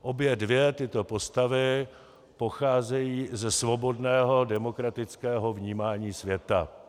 Obě dvě tyto postavy pocházejí ze svobodného demokratického vnímání světa.